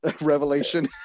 revelation